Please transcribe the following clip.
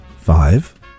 Five